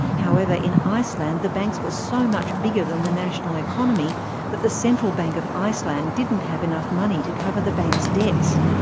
however, in iceland the banks were so much bigger than the national economy that the central bank of iceland didn't have enough money to cover the banks' debts.